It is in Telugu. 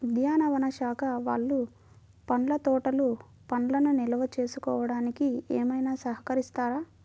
ఉద్యానవన శాఖ వాళ్ళు పండ్ల తోటలు పండ్లను నిల్వ చేసుకోవడానికి ఏమైనా సహకరిస్తారా?